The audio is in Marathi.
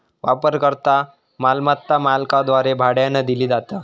वापरकर्ता मालमत्ता मालकाद्वारे भाड्यानं दिली जाता